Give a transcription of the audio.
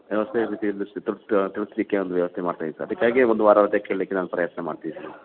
ವ್ಯವಸ್ಥೆಯ ರೀತಿಯಲ್ಲಿ ತಿಳಿಸಲಿಕ್ಕೆ ಒಂದು ವ್ಯವಸ್ಥೆ ಮಾಡ್ತಾ ಇದ್ದೀನಿ ಸರ್ ಅದಕ್ಕಾಗಿ ಒಂದು ವಾರ ರಜೆ ಕೇಳಲಿಕ್ಕೆ ನಾನು ಪ್ರಯತ್ನ ಮಾಡ್ತಿದ್ದೀನಿ